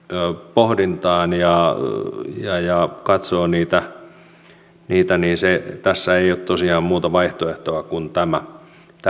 pohdintaan ja ja katsoo niitä tässä ei ole tosiaan muuta vaihtoehtoa kuin tämä